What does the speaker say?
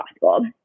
possible